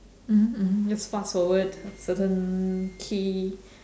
mmhmm mmhmm just fast forward certain key